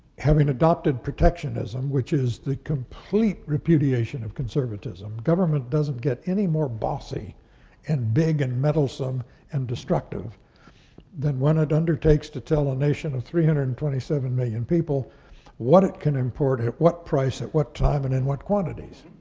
having adopted protectionism, which is the complete repudiation of conservatism, government doesn't get any more bossy and big and meddlesome and destructive than when it undertakes to tell a nation of three hundred and twenty seven million people what it can import, at what price, at what time, and in what quantities.